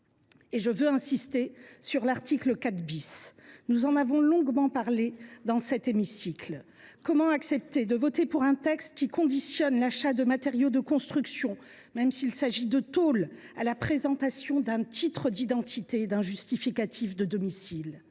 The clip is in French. Je veux insister sur l’article 4 . Nous en avons longuement parlé dans cet hémicycle. Comment accepter de voter un texte qui conditionne l’achat de matériaux de construction, même s’il s’agit de tôles, à la présentation d’une pièce d’identité et d’un justificatif de domicile ?